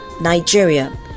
nigeria